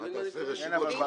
אתה מבין מה אני מתכוון?